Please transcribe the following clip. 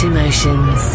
Emotions